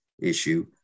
issue